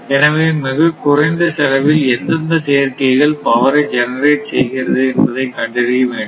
எனவே மிகக் குறைந்த செலவில் எந்தெந்த சேர்க்கைகள் பவரை ஜெனரெட் செய்கிறது என்பதை கண்டறிய வேண்டும்